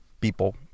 people